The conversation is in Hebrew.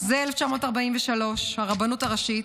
זה 1943, הרבנות הראשית.